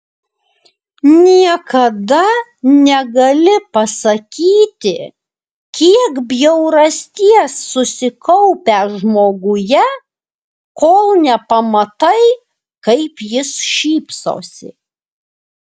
niekada negali pasakyti kiek bjaurasties susikaupę žmoguje kol nepamatai kaip jis šypsosi